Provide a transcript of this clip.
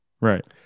Right